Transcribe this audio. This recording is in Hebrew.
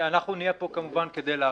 ונהיה פה, כמובן, כדי לעקוב.